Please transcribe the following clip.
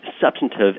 substantive